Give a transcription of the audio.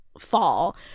fall